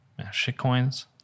shitcoins